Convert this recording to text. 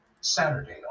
Saturday